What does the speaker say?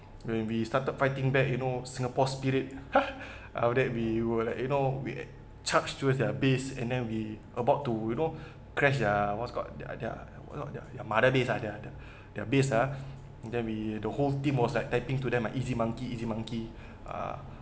when we started fighting back you know singapore spirit ah after that we were like you know we chucks towards their base and then we about to you know crashed their what's called their their what's called their their mother base ah their their base ah and then we the whole team was like typing to them are like easy monkey easy monkey ah